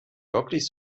wirklich